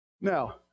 Now